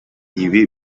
ibi